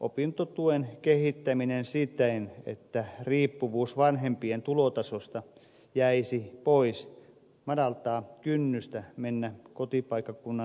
opintotuen kehittäminen siten että riippuvuus vanhempien tulotasosta jäisi pois madaltavat kynnystä mennä kotipaikkakunnan ulkopuolelle opiskelemaan